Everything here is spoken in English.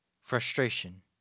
frustration